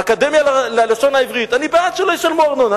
האקדמיה ללשון העברית, אני בעד שלא ישלמו ארנונה.